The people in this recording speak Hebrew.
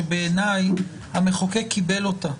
שבעיניי המחוקק כבר קיבל אותה.